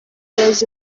azi